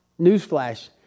Newsflash